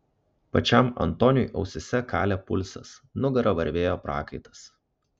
pačiam antoniui ausyse kalė pulsas nugara varvėjo prakaitas